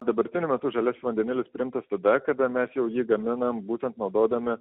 dabartiniu metu žaliasis vandenilis priimtas tada kada mes jau jį gaminam būtent naudodami